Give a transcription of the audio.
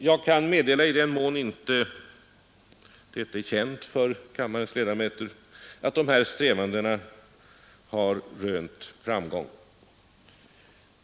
Jag kan meddela, i den mån detta inte är känt för kammarens ledamöter, att dessa strävanden har rönt framgång.